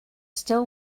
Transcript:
still